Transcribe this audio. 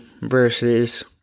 versus